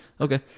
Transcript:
Okay